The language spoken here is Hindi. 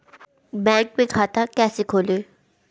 बैंक में खाता कैसे खोलें?